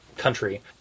Country